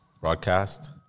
broadcast